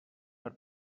per